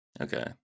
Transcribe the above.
Okay